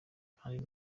kandi